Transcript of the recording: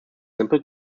simple